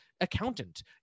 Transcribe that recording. accountant